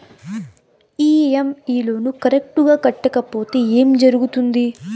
EMI loan correct గా కట్టకపోతే ఏం జరుగుతుంది